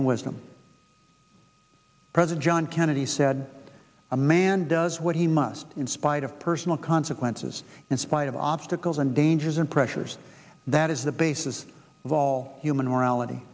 and wisdom present john kennedy said a man does what he must in spite of personal consequences in spite of obstacles and dangers and pressures that is the basis of all human reality